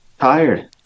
Tired